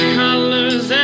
colors